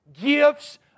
gifts